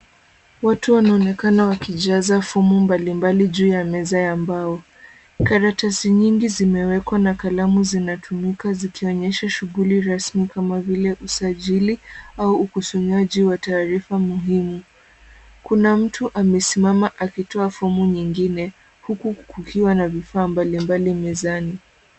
Watu wanaonekana wakijaza fomu mbali mbali juu ya meza ya mbao. Karatasi nyingi zimewekwa na kalamu zinatumika zikionyesha shughuli rasmi kama vile usajili au ukusanyaji wa taarifa muhimu. Kuna mtu amesimama akitoa fomu nyingine huku kukiwa na vifaa mbalimbali mezani.